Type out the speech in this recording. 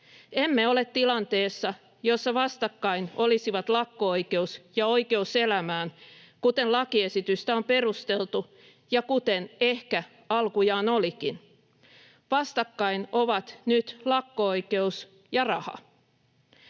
Emme ole tilanteessa, jossa vastakkain olisivat lakko-oikeus ja oikeus elämään, kuten lakiesitystä on perusteltu ja kuten ehkä alkujaan olikin. Vastakkain ovat nyt lakko-oikeus ja raha.